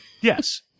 Yes